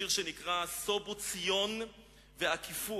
שיר שנקרא "סבו ציון והקיפוה":